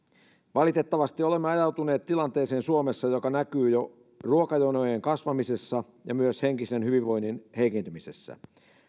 valitettavasti olemme ajautuneet suomessa tilanteeseen joka näkyy jo ruokajonojen kasvamisessa ja myös henkisen hyvinvoinnin heikentymisessä